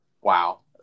Wow